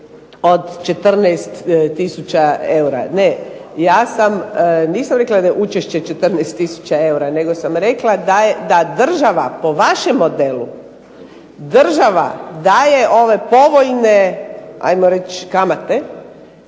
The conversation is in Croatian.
od 14 tisuća eura. Ne, ja sam, nisam rekla da je učešće 14 tisuća eura, nego sam rekla da država po vašem modelu, država daje ove povoljne ajmo reći kamate